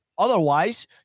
Otherwise